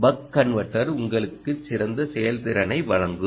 buck converter உங்களுக்கு சிறந்த செயல்திறனை வழங்கும்